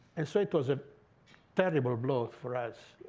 and so it was a terrible blow for us.